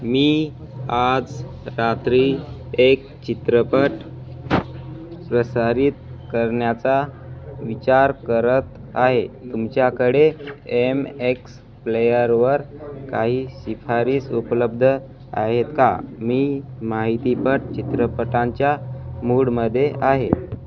मी आज रात्री एक चित्रपट प्रसारित करण्याचा विचार करत आहे तुमच्याकडे एम एक्स प्लेअरवर काही शिफारसी उपलब्ध आहेत का मी माहितीपट चित्रपटांच्या मूडमध्ये आहे